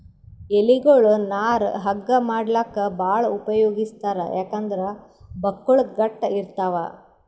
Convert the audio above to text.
ಎಲಿಗೊಳ್ ನಾರ್ ಹಗ್ಗಾ ಮಾಡ್ಲಾಕ್ಕ್ ಭಾಳ್ ಉಪಯೋಗಿಸ್ತಾರ್ ಯಾಕಂದ್ರ್ ಬಕ್ಕುಳ್ ಗಟ್ಟ್ ಇರ್ತವ್